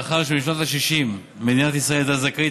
מאחר שבשנות ה-60 מדינת ישראל הייתה זכאית